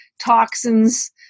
toxins